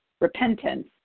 repentance